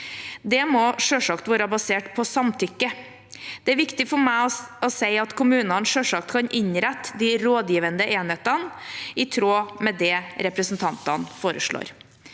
Dette må selvsagt være basert på samtykke. Det er viktig for meg å si at kommunene selvsagt kan innrette de rådgivende enhetene i tråd med det representantene foreslår.